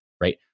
right